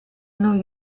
non